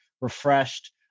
refreshed